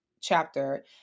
chapter